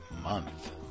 Month